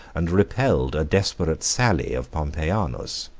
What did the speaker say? and repelled a desperate sally of pompeianus.